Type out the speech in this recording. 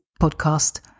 podcast